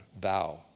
thou